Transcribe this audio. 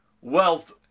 wealth